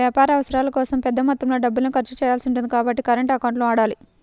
వ్యాపార అవసరాల కోసం పెద్ద మొత్తంలో డబ్బుల్ని ఖర్చు చేయాల్సి ఉంటుంది కాబట్టి కరెంట్ అకౌంట్లను వాడాలి